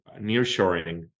nearshoring